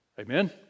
Amen